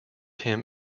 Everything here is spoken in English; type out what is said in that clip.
him